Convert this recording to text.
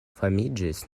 famiĝis